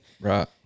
Right